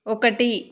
ఒకటి